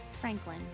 Franklin